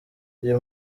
uyu